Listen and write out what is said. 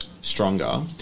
stronger